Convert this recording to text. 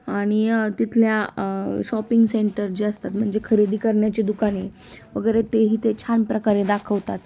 आणि तिथल्या shopping centre जे असतात म्हणजे खरेदी करण्याची दुकाने वगैरे तेही ते छान प्रकारे दाखवतात